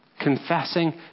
confessing